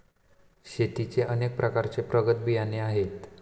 शेतीचे अनेक प्रकारचे प्रगत बियाणे आहेत